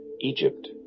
Egypt